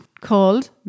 Called